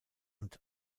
und